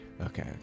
Okay